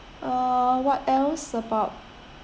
uh what else about